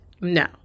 No